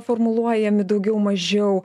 formuluojami daugiau mažiau